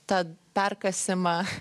tą perkasimą